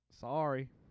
Sorry